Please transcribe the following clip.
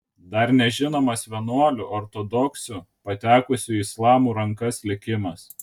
dar nežinomas vienuolių ortodoksių patekusių į islamistų rankas likimas